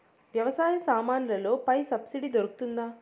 వ్యవసాయ సామాన్లలో పై సబ్సిడి దొరుకుతుందా?